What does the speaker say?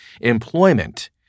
employment